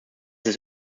ist